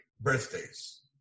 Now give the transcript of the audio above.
birthdays